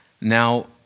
Now